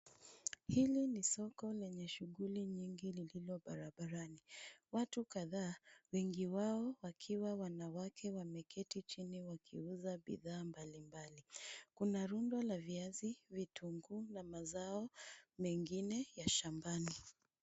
Hili ni soko lenye shughuli nyingi lililo barabarani. Watu kadhaa, wengi wao wakiwa wanawake wameketi chini wakiuza bidhaa mbalimbali. Kuna rundo la viazi, vitunguu na mazao mengine ya shambani.